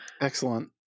excellent